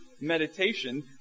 meditation